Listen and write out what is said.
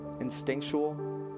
instinctual